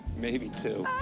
maybe two.